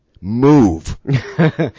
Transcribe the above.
Move